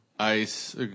Ice